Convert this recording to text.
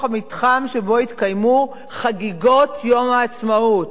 המתחם שבו התקיימו חגיגות יום העצמאות.